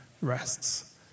rests